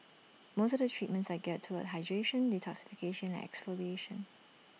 most of the treatments are geared toward hydration detoxification and exfoliation